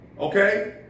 Okay